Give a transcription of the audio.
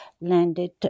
landed